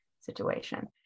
situation